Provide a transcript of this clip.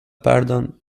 pardon